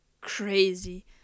crazy